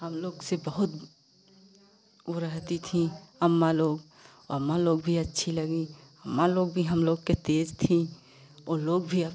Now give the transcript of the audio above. हम लोग से बहुत वो रहती थी अम्मा लोग अम्मा लोग भी अच्छी लगी अम्मा लोग भी हम लोग के तेज थी ओ लोग भी अब